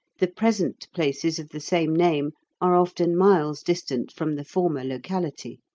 the present places of the same name are often miles distant from the former locality.